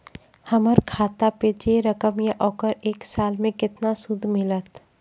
हमर खाता पे जे रकम या ओकर एक साल मे केतना सूद मिलत?